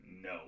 no